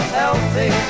healthy